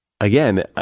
again